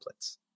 templates